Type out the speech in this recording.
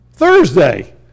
Thursday